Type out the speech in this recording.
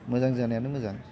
मोजां जानायानो मोजां